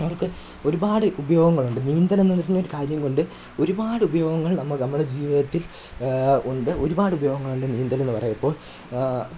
അവര്ക്ക് ഒരുപാട് ഉപയോഗങ്ങളുണ്ട് നീന്തൽ എന്നത് ഇതിന് കാര്യം കൊണ്ട് ഒരുപാട് ഉപയോഗങ്ങള് നമ്മൾ നമ്മുടെ ജീവിതത്തില് ഉണ്ട് ഒരുപാട് ഉപയോഗങ്ങളുണ്ട് നീന്തലെന്ന് പറയുമ്പോൾ